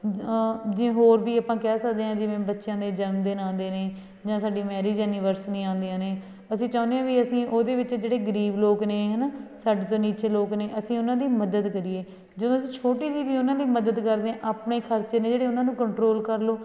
ਜੇ ਹੋਰ ਵੀ ਆਪਾਂ ਕਹਿ ਸਕਦੇ ਹਾਂ ਜਿਵੇਂ ਬੱਚਿਆਂ ਦੇ ਜਨਮ ਦਿਨ ਆਉਂਦੇ ਨੇ ਜਾਂ ਸਾਡੀ ਮੈਰਿਜ ਐਨੀਵਰਸਰੀ ਆਉਂਦੀਆਂ ਨੇ ਅਸੀਂ ਚਾਹੁੰਦੇ ਹਾਂ ਵੀ ਅਸੀਂ ਉਹਦੇ ਵਿੱਚ ਜਿਹੜੇ ਗਰੀਬ ਲੋਕ ਨੇ ਹੈ ਨਾ ਸਾਡੇ ਤੋਂ ਨੀਚੇ ਲੋਕ ਨੇ ਅਸੀਂ ਉਹਨਾਂ ਦੀ ਮਦਦ ਕਰੀਏ ਜਦੋਂ ਅਸੀਂ ਛੋਟੀ ਜਿਹੀ ਵੀ ਉਹਨਾਂ ਦੀ ਮਦਦ ਕਰਦੇ ਹਾਂ ਆਪਣੇ ਖਰਚੇ ਨੇ ਜਿਹੜੇ ਉਹਨਾਂ ਨੂੰ ਕੰਟਰੋਲ ਕਰ ਲਉ